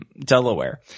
Delaware